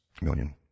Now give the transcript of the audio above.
million